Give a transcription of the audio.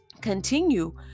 continue